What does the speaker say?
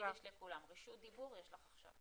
זה תמיד יש לכולם, רשות דיבור יש לך עכשיו.